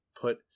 put